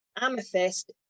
amethyst